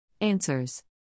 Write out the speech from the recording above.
Answers